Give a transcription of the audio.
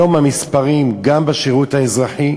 היום המספרים, גם בשירות האזרחי,